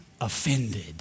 offended